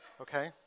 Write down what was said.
Okay